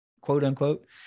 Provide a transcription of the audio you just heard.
quote-unquote